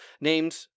named